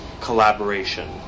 collaboration